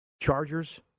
Chargers